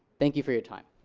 thank you for your time.